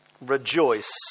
rejoice